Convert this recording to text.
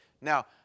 Now